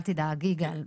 אל תדאג יגאל,